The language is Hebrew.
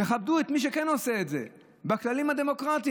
תכבדו את מי שכן עושה את זה בכללים הדמוקרטיים,